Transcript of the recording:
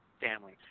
family